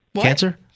Cancer